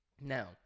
Now